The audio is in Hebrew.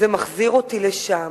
זה מחזיר אותי לשם,